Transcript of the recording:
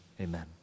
amen